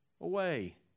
away